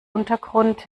untergrund